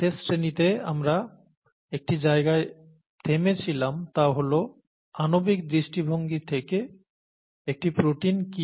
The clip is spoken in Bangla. শেষ শ্রেণীতে আমরা একটি জায়গায় থেমেছিলাম তা হল আণবিক দৃষ্টিভঙ্গি থেকে একটি প্রোটিন কি